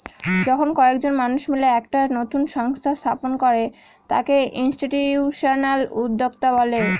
যখন কয়েকজন মানুষ মিলে একটা নতুন সংস্থা স্থাপন করে তাকে ইনস্টিটিউশনাল উদ্যোক্তা বলে